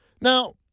Now